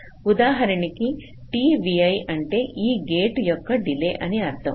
ఉదాహరణకి t అంటే ఈ గేటు యొక్క డిలే అని అర్థం